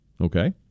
okay